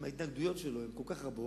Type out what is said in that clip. עם ההתנגדויות שלו, שהן כל כך רבות,